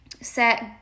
set